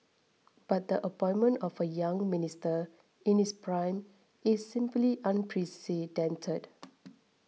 but the appointment of a young Minister in his prime is simply unprecedented